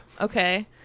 Okay